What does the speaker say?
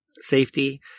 safety